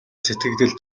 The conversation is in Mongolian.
сэтгэгдэл